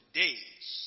days